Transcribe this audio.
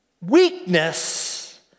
Weakness